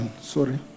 sorry